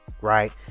right